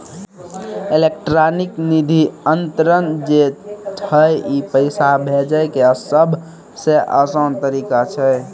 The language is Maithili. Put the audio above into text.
इलेक्ट्रानिक निधि अन्तरन जे छै ई पैसा भेजै के सभ से असान तरिका छै